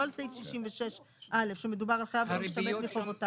לא על סעיף 66(א) שמדובר על חייב שמשתמט מחובותיו.